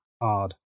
hard